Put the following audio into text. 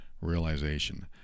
realization